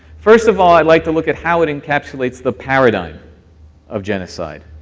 first of all, i'd like to look at how it encapsulates the paradigm of genocide.